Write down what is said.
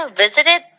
visited